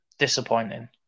Disappointing